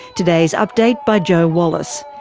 today's update by joe wallace.